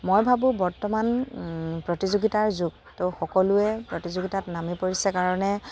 মই ভাবোঁ বৰ্তমান প্ৰতিযোগিতাৰ যুগত ত' সকলোৱে প্ৰতিযোগিতাত নামি পৰিছে কাৰণে